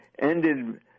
ended